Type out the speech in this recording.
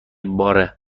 بارم